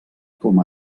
com